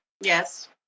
Yes